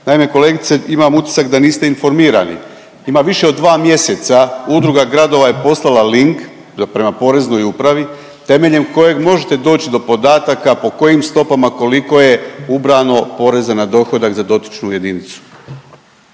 Naime kolegice imam utisak da niste informirani, ima više od dva mjeseca Udruga gradova je poslala link prema Poreznoj upravi temeljem kojeg možete doći do podataka po kojim stopama i koliko je ubrano poreza na dohodak za dotičnu jedinicu.